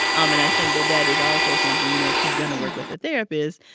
um and i think that that is also something, you know, if she's going to work with a therapist,